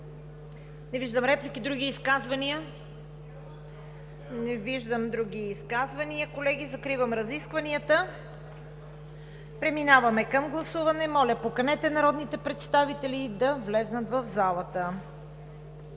Не виждам. Други изказвания? Не виждам. Колеги, закривам разискванията. Преминаваме към гласуване. Моля, поканете народните представители да влязат в залата.